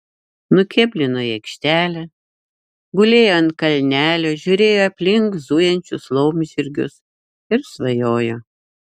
nukėblino į aikštelę gulėjo ant kalnelio žiūrėjo į aplink zujančius laumžirgius ir svajojo